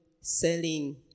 selling